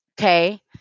Okay